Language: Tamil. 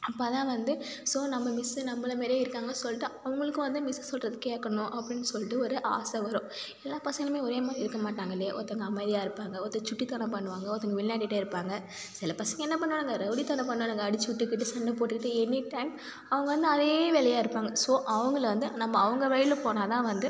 அப்ப தான் வந்து ஸோ நம்ப மிஸ் நம்மளை மாரியே இருக்காங்க சொல்லிட்டு அவங்களுக்கு வந்து மிஸ் சொல்றதை கேட்கணும் அப்படின்னு சொல்லிட்டு ஒரு ஆசை வரும் எல்லா பசங்களுமே ஒரே மாதிரி இருக்க மாட்டாங்க இல்லையா ஒருத்தவங்க அமைதியாக இருப்பாங்க ஒருத்தர் சுட்டித்தனம் பண்ணுவாங்க ஒருத்தவங்க விளையாடிகிட்டே இருப்பாங்க சில பசங்க என்ன பண்ணுவானுங்க ரவுடித்தனம் பண்ணுவானுங்க அடிச்சு விட்டுக்கிட்டு சண்டை போட்டுக்கிட்டு எனி டைம் அவங்க வந்து அதே வேலையாக இருப்பாங்க ஸோ அவங்களை வந்து நம்ப அவங்க வழியில் போனால் தான் வந்து